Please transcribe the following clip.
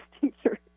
teacher